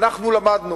אנחנו למדנו.